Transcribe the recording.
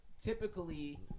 typically